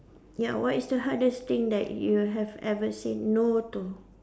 ya what is the hardest thing that you have ever said no to